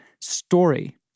story